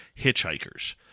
hitchhikers